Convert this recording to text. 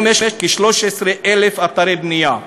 כיום יש כ-13,000 אתרי בנייה.